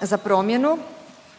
za promjenu